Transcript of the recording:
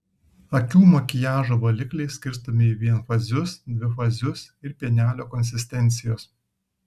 akių makiažo valikliai skirstomi į vienfazius dvifazius ir pienelio konsistencijos